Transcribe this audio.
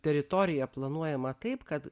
teritorija planuojama taip kad